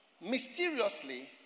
Mysteriously